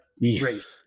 race